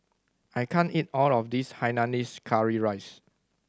I can't eat all of this hainanese curry rice